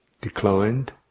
declined